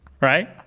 Right